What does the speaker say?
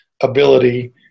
ability